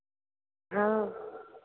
हाँ